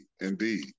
Indeed